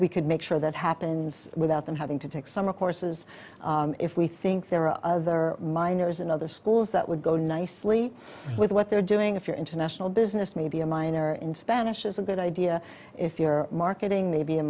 we could make sure that happens without them having to take summer courses if we think there are other minors in other schools that would go nicely with what they're doing if you're international business maybe a minor in spanish is a good idea if you're marketing